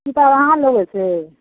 की कहाँ अहाँ लेबै से